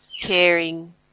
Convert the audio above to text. caring